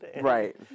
Right